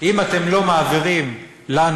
אם אתם לא מעבירים לנו,